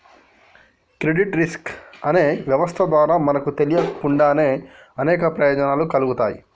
credit risk అనే వ్యవస్థ ద్వారా మనకు తెలియకుండానే అనేక ప్రయోజనాలు కల్గుతాయి